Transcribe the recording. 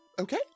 Okay